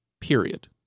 period